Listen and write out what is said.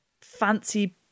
fancy